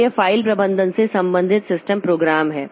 तो ये फ़ाइल प्रबंधन से संबंधित सिस्टम प्रोग्राम हैं